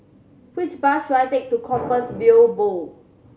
which bus should I take to Compassvale Bow